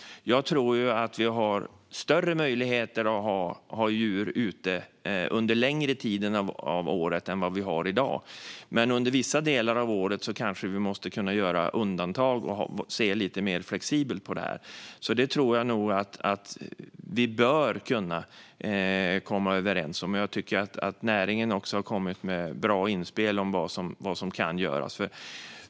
Jag tror ju att vi har möjlighet att ha djur ute under en längre tid av året än vad vi har i dag. Under vissa delar av året kanske vi måste kunna göra undantag och se lite mer flexibelt på det här. Det tror jag att vi bör kunna komma överens om, och jag tycker att även näringen har kommit med bra inspel om vad som kan göras.